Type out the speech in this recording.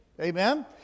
Amen